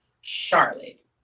Charlotte